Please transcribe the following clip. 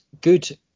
good